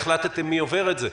החלטתם מי עובר את זה?